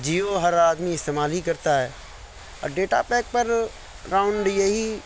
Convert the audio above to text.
جیو ہر آدمی استعمال ہی کرتا ہے اور ڈیٹا پیک پر اراؤنڈ یہی